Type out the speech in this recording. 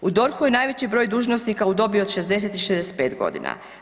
U DORH-u je najveći broj dužnosnika u dobi od 60 do 65 godina.